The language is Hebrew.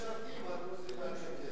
הדרוזים והצ'רקסים.